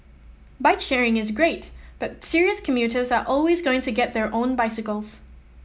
bike sharing is great but serious commuters are always going to get their own bicycles